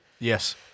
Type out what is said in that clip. Yes